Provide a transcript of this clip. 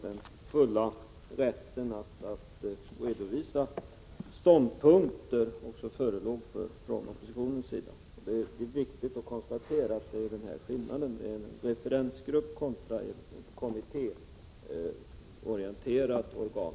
Den fulla rätten att redovisa ståndpunkter föreligger alltså inte nu. Det är viktigt att notera skillnaden mellan en referensgrupp och ett kommittéorienterat organ.